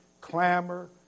clamor